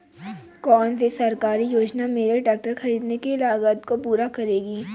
कौन सी सरकारी योजना मेरे ट्रैक्टर ख़रीदने की लागत को पूरा करेगी?